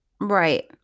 Right